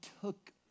took